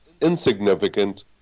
insignificant